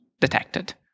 detected